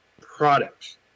products